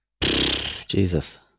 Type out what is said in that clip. Jesus